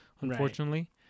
unfortunately